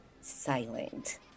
silent